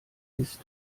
ist